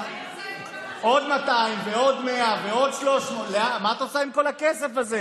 מה היא עושה עם כל כך הרבה כסף?